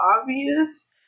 obvious